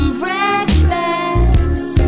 breakfast